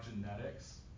genetics